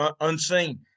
unseen